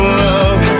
love